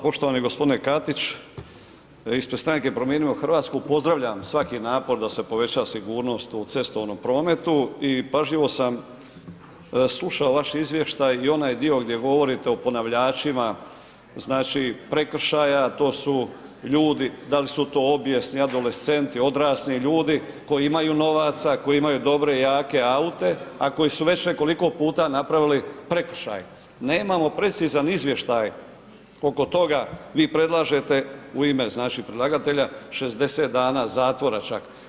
Poštovani g. Katić, ispred Stranke promijenimo Hrvatsku pozdravljam svaki napor da se poveća sigurnost u cestovnom prometu i pažljivo sam slušao vaš izvještaj i onaj dio gdje govorite o ponavljačima, znači, prekršaja, to su ljudi, da li su to obijesni, adolescenti, odrasli ljudi koji imaju novaca, koji imaju dobre i jake aute, a koji su već nekoliko puta napravili prekršaj, nemamo precizan izvještaj oko toga, vi predlažete u ime, znači, predlagatelja 60 dana zatvora čak.